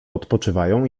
odpoczywają